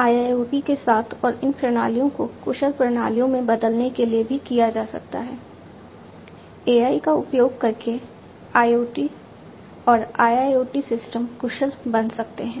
IIoT के साथ और इन प्रणालियों को कुशल प्रणालियों में बदलने के लिए भी किया जा सकता है AI का उपयोग करके IoT और IIoT सिस्टम कुशल बन सकते हैं